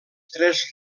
tres